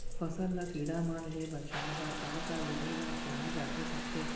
फसल ल कीड़ा मन ले बचाये बर का का विधि ल अपनाये जाथे सकथे?